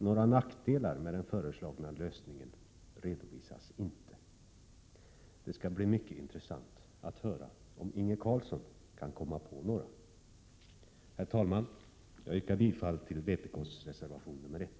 Några nackdelar med den föreslagna lösningen redovisas inte. Det skall bli mycket intressant att höra om Inge Carlsson kan komma på några. Herr talman! Jag yrkar bifall till vpk:s reservation nr 1.